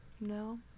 No